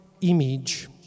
image